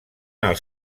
els